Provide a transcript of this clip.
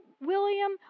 William